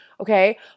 okay